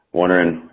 wondering